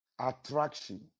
attraction